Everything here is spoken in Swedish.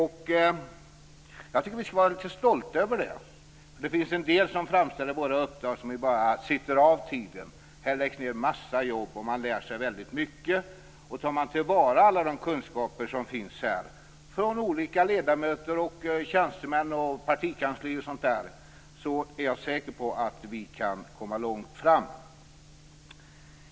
Jag tycker att vi skall vara lite stolta över det. Det finns en del som framställer våra uppdrag som att vi bara sitter av tiden. Men här läggs det ned massor med jobb, och man lär sig väldigt mycket. Och om vi tar till vara alla de kunskaper som finns från olika ledamöter, tjänstemän och partikanslier är jag säker på att vi kan komma långt.